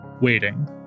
waiting